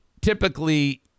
typically